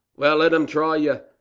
well, let em try you.